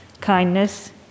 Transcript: kindness